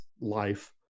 life